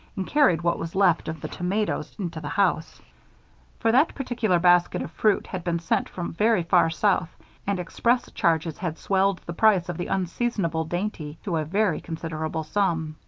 and carried what was left of the tomatoes into the house for that particular basket of fruit had been sent from very far south and express charges had swelled the price of the unseasonable dainty to a very considerable sum.